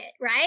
right